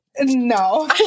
no